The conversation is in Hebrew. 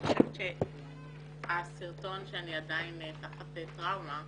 אני חושבת שהסרטון - אני עדיין תחת טראומה